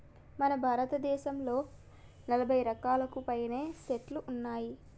మన భారతదేసంలో నలభై రకాలకు పైనే సెట్లు ఉన్నాయి